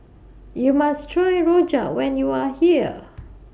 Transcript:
YOU must Try Rojak when YOU Are here